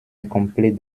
incomplet